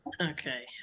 Okay